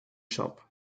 shop